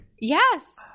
Yes